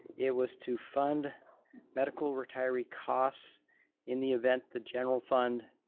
it was to fund medical retiree costs in the event the general fund,